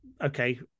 okay